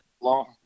long